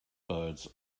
birds